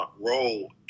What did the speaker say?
role